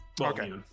Okay